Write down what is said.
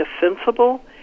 defensible